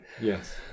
Yes